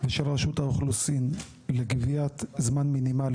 ושל רשות האוכלוסין לגביית זמן מינימלי